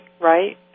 right